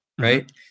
right